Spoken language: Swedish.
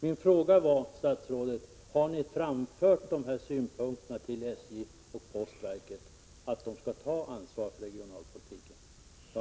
Min fråga till statsrådet var: Har ni framfört dessa synpunkter till SJ och postverket, dvs. att de skall ta ansvar för regionalpolitiken?